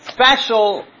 special